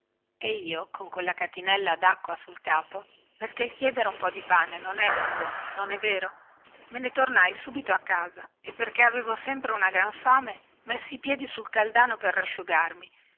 e io con quella catinellata dacqua sul capo perché il chiedere un po di pane non è vergogna non è vero me ne tornai subito a casa e perché avevo sempre una gran fame messi i piedi sul caldano per rasciugarmi